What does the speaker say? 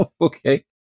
Okay